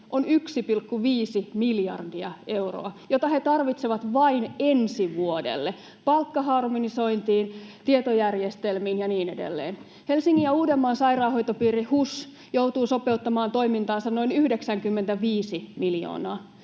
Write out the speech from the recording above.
on 1,5 miljardia euroa, minkä he tarvitsevat vain ensi vuodelle palkkaharmonisointiin, tietojärjestelmiin ja niin edelleen. Helsingin ja Uudenmaan sairaanhoitopiiri HUS joutuu sopeuttamaan toimintaansa noin 95 miljoonaa,